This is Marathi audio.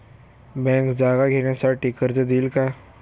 बँक जागा घेण्यासाठी कर्ज देईल का?